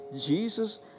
Jesus